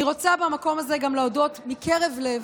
אני רוצה במקום הזה גם להודות מקרב לב